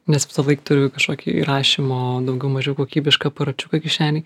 nes visąlaik turi kažkokį įrašymo daugiau mažiau kokybišką aparačiuką kišenėj